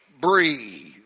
Breathe